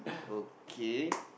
okay